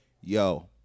yo